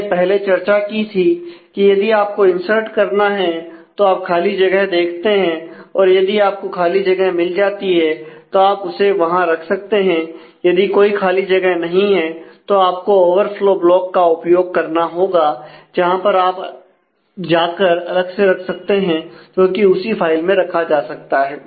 हमने पहले चर्चा की थी यदि आपको इंसर्ट करना है तो आप खाली जगह देखते हैं और यदि आपको खाली जगह मिल जाती है तो आप उसे वहां रख सकते हैं यदि कोई खाली जगह नहीं है तो आपको औवरफ्लो ब्लॉक का उपयोग करना होगा जहां पर आप जाकर अलग से रख सकते हैं जोकि उसी फाइल में रखा जा सकता है